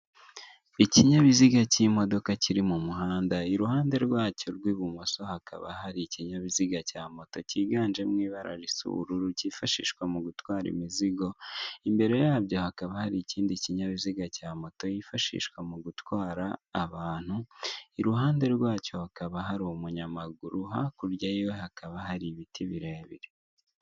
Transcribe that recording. ikinyabiziga cy'imodoka kiri mu muhanda iruhande rwacyo rw'ibumoso hakaba hari ikinyabiziga cya moto cyiganjemo ibara risa ubururu cyifashishwa mu gutwara imizigo, imbere yabyo hakaba hari ikindi kinyabiziga cya moto yifashishwa mu gutwara abantu, iruhande rwacyo hakaba hari umunyamaguru, hakurya y'iwe hakaba hari ibiti birebire.